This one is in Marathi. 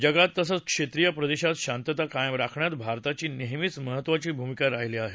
जगात तसंच क्षेत्रीय प्रदेशात शांतता कायम राखण्यात भारताची नेहमीच महत्त्वाची भूमिका राहिली आहे